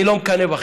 אני לא מקנא בכם,